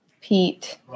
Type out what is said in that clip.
Pete